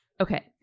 Okay